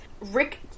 Rick